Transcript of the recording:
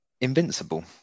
Invincible